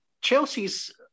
Chelsea's